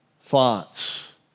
thoughts